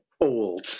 old